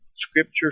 Scripture